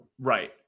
right